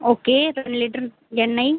okay ரெண்டு litre எண்ணெய்